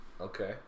okay